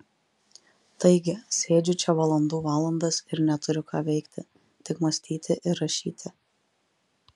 taigi sėdžiu čia valandų valandas ir neturiu ką veikti tik mąstyti ir rašyti